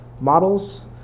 models